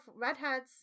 redheads